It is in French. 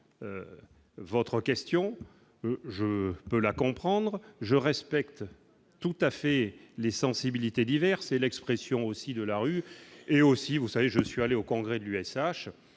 votre question, je peux la comprendre, je respecte tout à fait les sensibilités diverses et l'expression aussi de la rue et aussi, vous savez, je suis allé au congrès de l'USH,